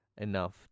enough